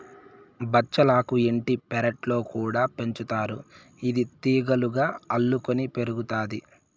బచ్చలాకు ఇంటి పెరట్లో కూడా పెంచుతారు, ఇది తీగలుగా అల్లుకొని పెరుగుతాది